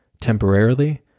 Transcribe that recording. temporarily